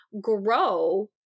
grow